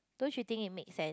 don't you think it make sense